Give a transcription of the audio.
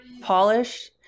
polish